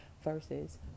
versus